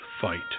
fight